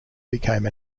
became